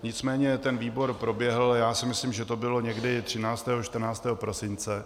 Nicméně ten výbor proběhl, já si myslím, že to bylo někdy 13., 14. prosince.